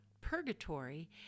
purgatory